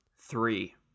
Three